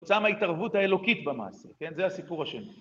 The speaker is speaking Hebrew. תוצאה מההתערבות האלוקית במעשה, כן? זה הסיפור השני.